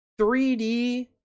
3D